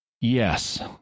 Yes